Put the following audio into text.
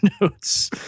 notes